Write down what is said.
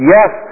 Yes